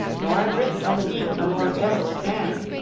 nor adrift on the deep a more desolate man!